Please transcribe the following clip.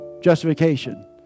justification